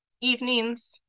evenings